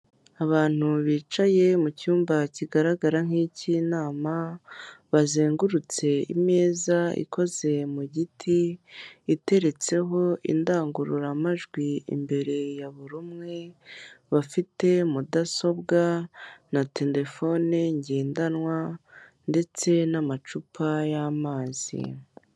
Abantu bicaye mu cyumba kigaragara nk'icy'inama, bazengurutse imeza ikoze mu giti, iteretseho indangururamajwi imbere ya buri umwe, bafite mudasobwa na telefoni ngendanwa ndetse n'amacupa y'amazi.